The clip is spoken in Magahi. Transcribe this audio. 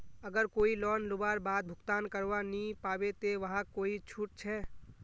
अगर कोई लोन लुबार बाद भुगतान करवा नी पाबे ते वहाक कोई छुट छे?